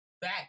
Back